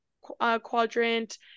quadrant